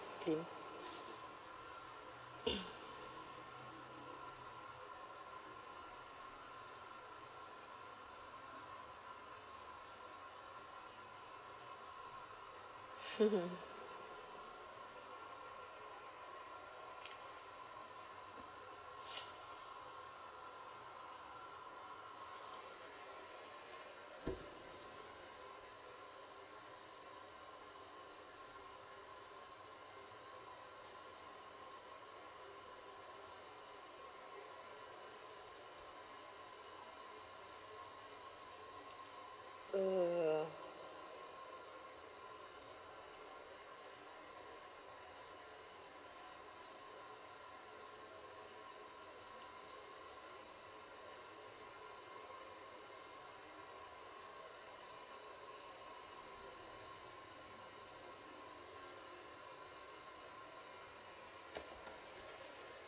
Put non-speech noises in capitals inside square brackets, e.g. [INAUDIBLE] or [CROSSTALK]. [NOISE] [LAUGHS]